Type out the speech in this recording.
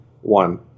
one